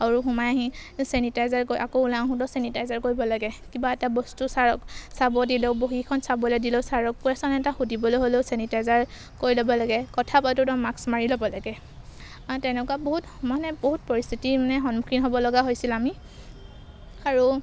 আৰু সোমাই আহি চেনিটাইজাৰ কৰি আকৌ ওলাই আহোঁতেও চেনিটাইজাৰ কৰিব লাগে কিবা এটা বস্তু ছাৰক চাব দিলেও বহিখন চাবলৈ দিলেও ছাৰক কোৱেচন এটা সুধিবলৈ হ'লেও চেনিটাইজাৰ কৰি ল'ব লাগে কথা পাতোঁতো মাক্স মাৰি ল'ব লাগে তেনেকুৱা বহুত মানে বহুত পৰিস্থিতি মানে সন্মুখীন হ'ব লগা হৈছিল আমি আৰু